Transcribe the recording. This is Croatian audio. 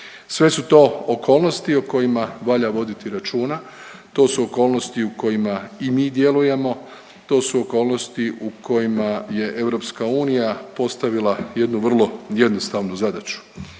Sve su to okolnosti o kojima valja voditi računa. To su okolnosti u kojima i mi djelujemo. To su okolnosti u kojima je Europska unija postavila jednu vrlo jednostavnu zadaću.